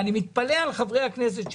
אני מתפלא על חברי הכנסת,